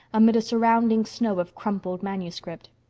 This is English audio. amid a surrounding snow of crumpled manuscript.